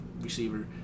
receiver